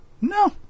No